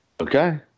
Okay